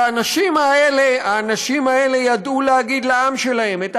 האנשים האלה ידעו להגיד לעם שלהם: את